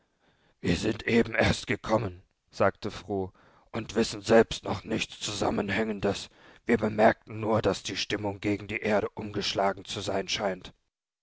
wir sind eben erst gekommen sagte fru und wissen selbst noch nichts zusammenhängendes wir bemerkten nur daß die stimmung gegen die erde umgeschlagen zu sein scheint